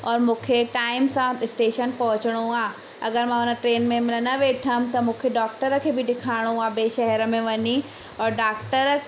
औरि मूंखे टाइम सां स्टेशन पहुचणो आहे अगरि मां हुन ट्रेन में हिनमहिल न वेठमि त मूंखे डॉक्टर खे बि ॾेखारिणो आहे ॿिए शहर में वञी औरि डॉक्टर